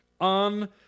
on